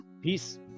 Peace